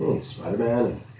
Spider-Man